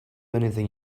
anything